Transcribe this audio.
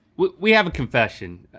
we have a confession.